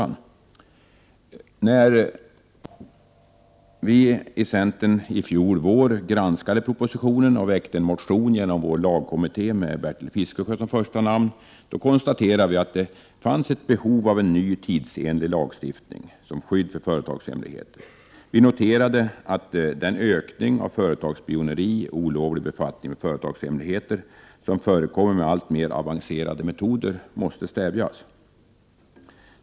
När vi i centern i fjol vår granskade propositionen och väckte en motion inom vår lagkommitté med Bertil Fiskesjö som första namn, konstaterade vi att det fanns behov av en ny, tidsenlig lagstiftning som skydd för företagshemligheter. Vi noterade att den ökning av företagsspioneri och olovlig befattning med företagshemligheter som förekommer med alltmer avancerade metoder måste stävjas.